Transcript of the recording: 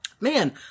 Man